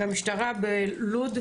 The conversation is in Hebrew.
והמשטרה בלוד,